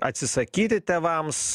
atsisakyti tėvams